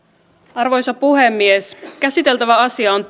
arvoisa puhemies käsiteltävä asia on